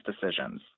decisions